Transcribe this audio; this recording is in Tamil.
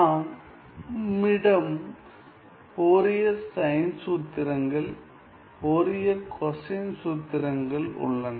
நம்மிடம் ஃபோரியர் சைன் சூத்திரங்கள் ஃபோரியர் கொசைன் சூத்திரங்கள் உள்ளன